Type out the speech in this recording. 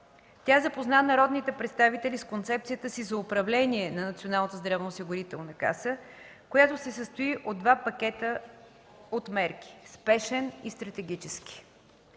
Тя запозна народните представители с концепцията си за управление на Националната здравноосигурителна каса, която се състои от два пакета от мерки – спешен и стратегически.